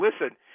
listen